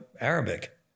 Arabic